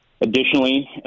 Additionally